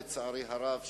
לצערי הרב,